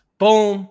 boom